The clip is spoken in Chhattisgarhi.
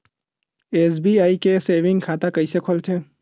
एस.बी.आई के सेविंग खाता कइसे खोलथे?